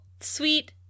sweet